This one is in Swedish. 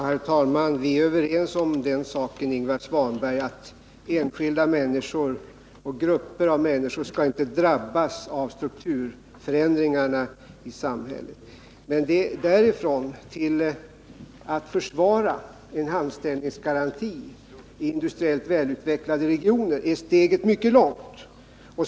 Herr talman! Vi är överens om, Ingvar Svanberg, att enskilda människor och grupper av människor inte skall drabbas av strukturförändringarna i samhället, men därifrån till att försvara en anställningsgaranti i industriellt välutvecklade regioner är steget mycket långt.